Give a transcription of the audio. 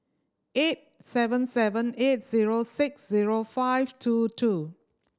eight seven seven eight zero six zero five two two